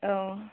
औ